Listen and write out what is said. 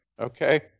Okay